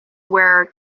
were